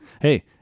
Hey